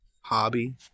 hobby